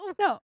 No